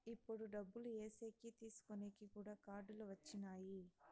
ఇప్పుడు డబ్బులు ఏసేకి తీసుకునేకి కూడా కార్డులు వచ్చినాయి